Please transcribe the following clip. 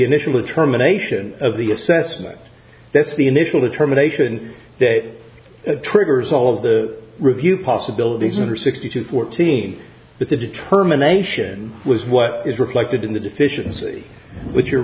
initial terminations of the assessment that's the initial determination that the triggers all of the review possibilities are sixty to fourteen but the determination was what is reflected in the deficiency which your